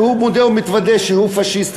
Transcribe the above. והוא מודה ומתוודה שהוא פאשיסט,